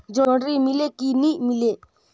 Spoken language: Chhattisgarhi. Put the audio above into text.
जोणी मीले कि नी मिले?